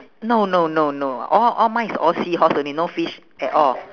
no no no no all all mine is all seahorse only no fish at all